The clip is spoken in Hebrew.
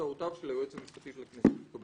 הצעותיו של היועץ המשפטי של הכנסת יתקבלו.